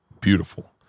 Beautiful